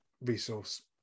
resource